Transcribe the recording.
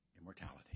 immortality